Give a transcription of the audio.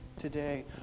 today